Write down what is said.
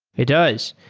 it does.